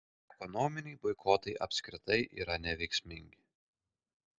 ekonominiai boikotai apskritai yra neveiksmingi